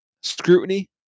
scrutiny